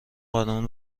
قانون